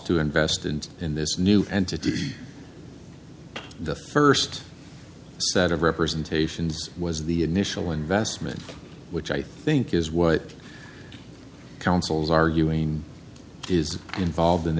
to invest and in this new entity the first set of representations was the initial investment which i think is what council's arguing is involved in